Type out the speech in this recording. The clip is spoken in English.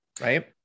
right